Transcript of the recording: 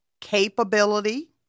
capability